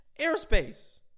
airspace